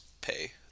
pay